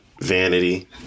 vanity